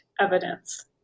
evidence